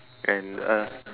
and a